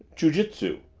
jiu-jitsu,